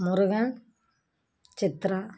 Murugan Chitra